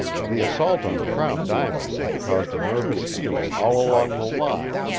the assault on crown diamond had caused a nervous feeling all along the line,